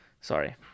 Sorry